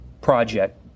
project